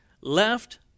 left